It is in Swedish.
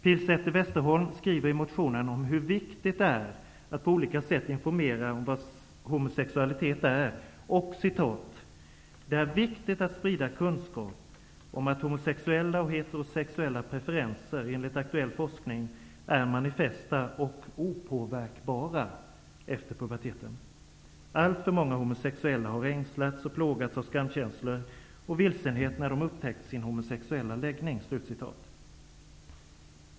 Pilsäter/Westerholm skriver i motionen om hur viktigt det är att på olika sätt informera om vad homosexualitet är och fortsätter: ''Det är viktigt att sprida kunskap om att homosexuella och heterosexuella preferenser enligt aktuell forskning är manifesta och opåverkbara efter puberteten. Alltför många unga homosexuella har ängslats och plågats av skamkänslor och vilsenhet när de upptäckt sin homosexuella läggning.''